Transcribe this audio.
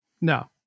No